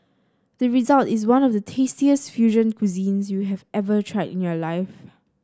the result is one of the tastiest fusion cuisines you have ever tried in your life